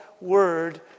word